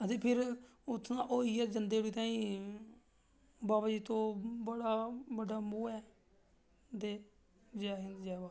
ते फिर उत्थां दा होइयै जंदे उठी ताहीं बावा जित्तो बड़ा बड्डा ओह् ऐ ते जै हिंद जै भारत